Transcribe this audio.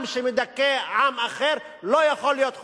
עם שמדכא עם אחר לא יכול להיות חופשי.